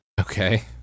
Okay